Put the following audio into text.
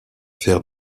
faire